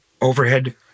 overhead